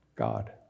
God